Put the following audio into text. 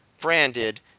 branded